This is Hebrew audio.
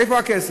איפה הכסף?